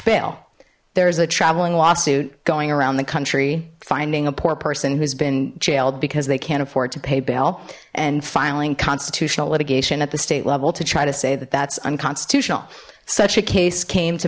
bail there's a traveling lawsuit going around the country finding a poor person who's been jailed because they can't afford to pay bail and filing constitutional litigation at the state level to try to say that that's unconstitutional such a case came to